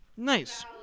Nice